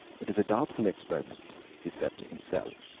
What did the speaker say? it is a doubtful experiment, he said to himself.